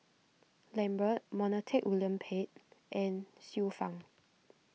Lambert Montague William Pett and Xiu Fang